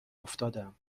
افتادم